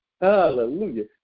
hallelujah